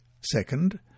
Second